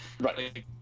Right